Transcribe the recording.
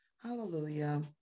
Hallelujah